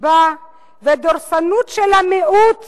דיבה ודורסנות של המיעוט